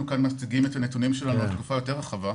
אנחנו מציגים את הנתונים שלנו לתקופה יותר רחבה.